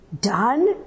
done